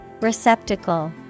Receptacle